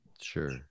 sure